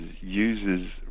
uses